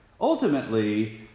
ultimately